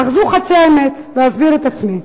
אך זו חצי האמת, ואסביר את עצמי.